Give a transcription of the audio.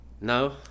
No